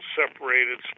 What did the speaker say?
separated